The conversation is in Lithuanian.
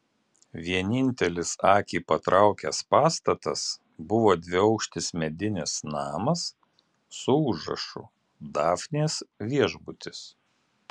vienintelis akį patraukęs pastatas buvo dviaukštis medinis namas su užrašu dafnės viešbutis